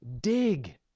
Dig